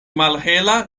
malhela